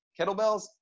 kettlebells